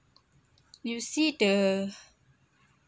you see the